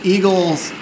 Eagle's